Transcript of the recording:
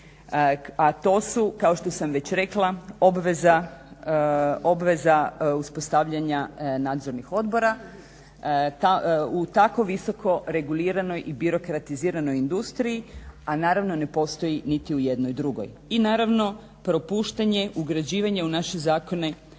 a to su kao što sam već rekla obveza uspostavljanja nadzornih odbora u tako visoko reguliranoj i birokratiziranoj industriji, a naravno ne postoji niti u jednoj drugoj. I naravno propuštanje ugrađivanja u naše zakone